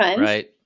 right